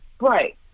right